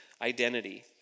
identity